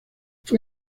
fue